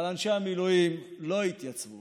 אבל אנשי המילואים לא יתייצבו